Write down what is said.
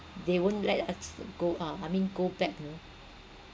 they won't let us go ah I mean go back you know